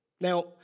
Now